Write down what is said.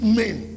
men